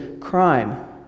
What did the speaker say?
crime